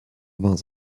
vingts